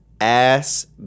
ass